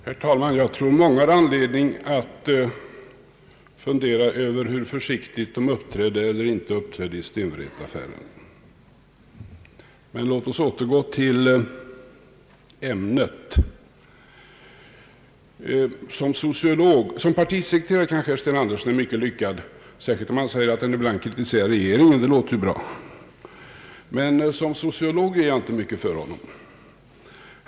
Herr talman! Jag tror att många har anledning att fundera över hur försiktigt de uppträdde eller inte uppträdde i Stenwrethaffären. Men låt oss återgå till ämnet. Såsom partisekreterare kanske herr Sten Andersson är mycket lyckad, särskilt om han ibland kritiserar regeringen. Det låter ju bra. Men jag ger inte mycket för honom som sociolog.